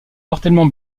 mortellement